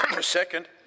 Second